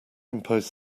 impose